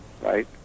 right